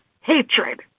Hatred